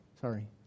Sorry